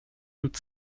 und